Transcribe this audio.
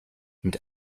mit